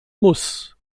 muss